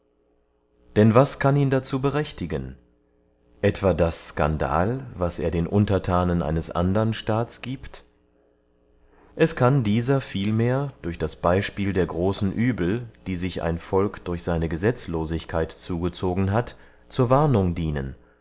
denn was kann ihn dazu berechtigen etwa das skandal was er den unterthanen eines andern staats giebt es kann dieser vielmehr durch das beyspiel der großen uebel die sich ein volk durch seine gesetzlosigkeit zugezogen hat zur warnung dienen